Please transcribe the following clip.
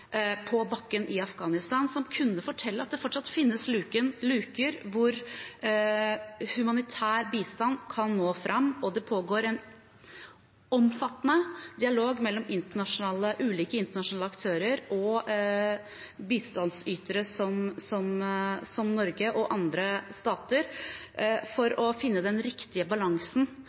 på bakken i Afghanistan, og som kunne fortelle at det fortsatt finnes luker hvor humanitær bistand kan nå fram. Det pågår en omfattende dialog mellom ulike internasjonale aktører og bistandsytere, som Norge og andre stater, for å finne den riktige balansen